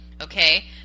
okay